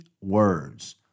words